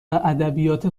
ادبیات